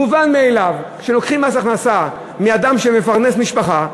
מובן מאליו שלוקחים מס הכנסה מאדם שמפרנס משפחה.